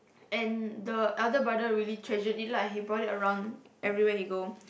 and the elder brother really treasured it lah he brought it around everywhere he go